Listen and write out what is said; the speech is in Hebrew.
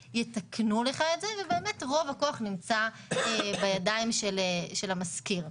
את זה ובאמת רוב הכוח נמצא בידיים של המשכיר.